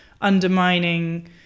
undermining